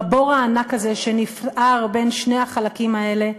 בבור הענק הזה שנפער בין שני החלקים האלה,